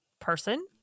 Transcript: person